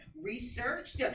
researched